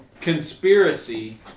Conspiracy